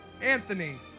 Anthony